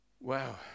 Wow